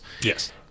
Yes